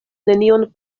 nenion